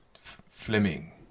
fleming